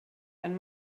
ein